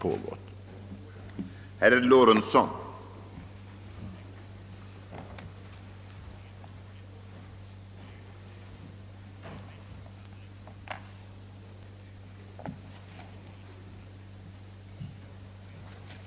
Den har tillvunnit sig ökat förtroende i allt vidare kretsar.